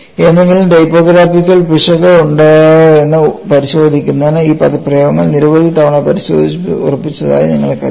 ഏതെങ്കിലും ടൈപ്പോഗ്രാഫിക്കൽ പിശക് ഉണ്ടോയെന്ന് പരിശോധിക്കുന്നതിന് ഈ പദപ്രയോഗങ്ങൾ നിരവധി തവണ പരിശോധിച്ചുറപ്പിച്ചതായി നിങ്ങൾക്കറിയാം